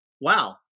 Wow